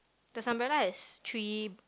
the umbrella has three